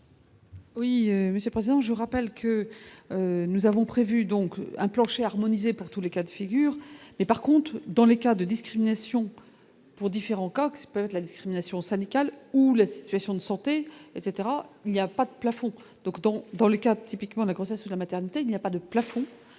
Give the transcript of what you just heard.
Oui, mais c'est présent, je rappelle que nous avons prévu donc un plancher harmonisée pour tous les cas de figure, mais par contre, dans les cas de discrimination pour différents Cox, la discrimination syndicale, où la situation de santé etc, il n'y a pas de plafond, donc tant dans le cas typiquement la grossesse, la maternité, il n'y a pas de plafond,